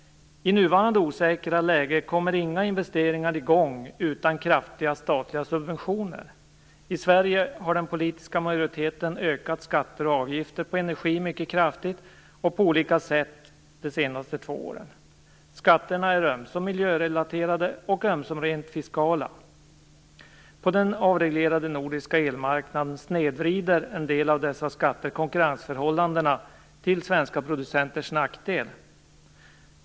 I nuvarande osäkra läge kommer inga investeringar i gång utan kraftiga statliga subventioner. I Sverige har den politiska majoriteten ökat skatter och avgifter på energi mycket kraftigt och på olika sätt de senaste två åren. Skatterna är ömsom miljörelaterade och ömsom rent fiskala. På den avreglerade nordiska elmarknaden snedvrider en del av dessa skatter konkurrensförhållandena till svenska producenters nackdel.